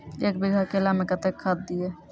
एक बीघा केला मैं कत्तेक खाद दिये?